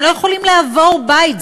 לא יכולים לעבור בית,